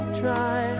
try